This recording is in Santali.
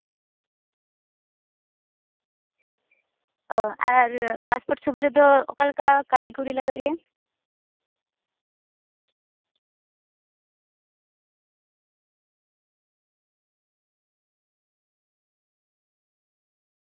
ᱟᱨ ᱯᱟᱥᱯᱳᱨᱴ ᱪᱷᱚᱵᱤ ᱨᱮᱫᱚ ᱚᱠᱟᱞᱮᱠᱟ ᱠᱟᱹᱣᱰᱤ ᱠᱩᱲᱤ ᱞᱟᱜᱟᱜ ᱜᱮᱭᱟ